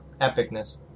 epicness